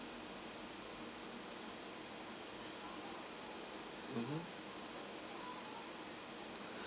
mmhmm